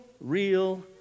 real